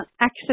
access